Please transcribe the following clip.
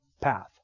path